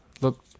look